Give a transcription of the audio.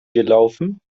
gelaufen